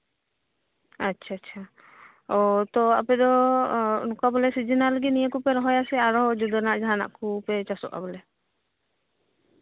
ᱟᱪᱪᱷᱟ ᱟᱪᱪᱷᱟ ᱛᱚ ᱟᱯᱮ ᱫᱚ ᱱᱚᱝᱠᱟ ᱥᱤᱡᱤᱱᱟᱞ ᱥᱤᱡᱤᱱᱟᱞ ᱜᱮ ᱥᱚᱵᱡᱤ ᱠᱚᱯᱮ ᱨᱚᱦᱚᱭᱟ ᱥᱮ ᱟᱨᱚ ᱡᱩᱫᱟᱹᱱᱟᱜ ᱡᱟᱦᱟᱸᱱᱟᱜ ᱠᱚᱯᱮ ᱪᱟᱥᱚᱜᱼᱟ ᱵᱚᱞᱮ